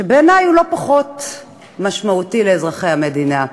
שבעיני הוא לא פחות משמעותי לאזרחי המדינה.